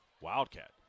Wildcat